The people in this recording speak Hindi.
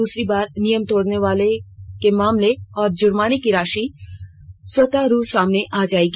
दूसरी बार नियम तोड़ने के मामले और जुर्माना की राशि स्वतरू सामने आ जाएगी